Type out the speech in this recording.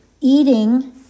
eating